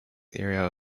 area